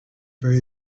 very